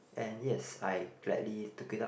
and yes I gladly took it up